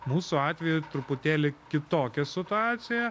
mūsų atveju truputėlį kitokia situacija